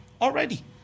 already